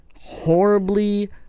horribly